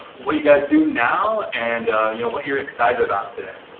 what you guys do now and you know what you're excited about today?